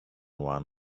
one